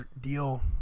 deal